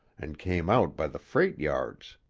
an' came out by the freight-yards.